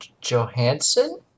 Johansson